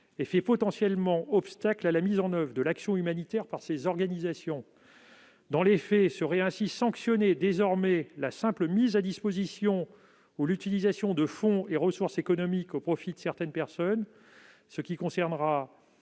et fait potentiellement obstacle à la mise en oeuvre de l'action humanitaire par ces organisations. Dans les faits, seraient ainsi sanctionnées désormais la simple mise à disposition ou l'utilisation de fonds et ressources économiques au profit de certaines personnes, ce qui concernera